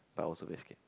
but also get scared